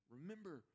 Remember